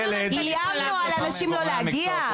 שאיימנו על אנשים לא להגיע?